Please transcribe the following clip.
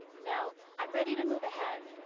now, i'm ready to move ahead.